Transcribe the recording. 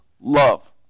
love